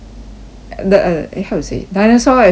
the uh eh how to say dinosaur actually